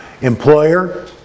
employer